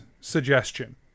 suggestion